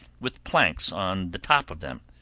with planks on the top of them,